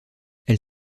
elle